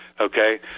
Okay